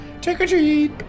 Trick-or-treat